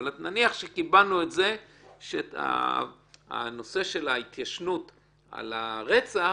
אבל נניח שקיבלנו שהנושא של התיישנות על רצח